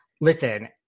Listen